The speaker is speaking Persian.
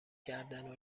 کردنو